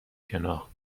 شناخت